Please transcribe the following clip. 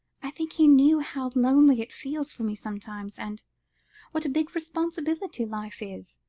i think he knew how lonely it feels for me sometimes, and what a big responsibility life is,